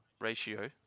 Ratio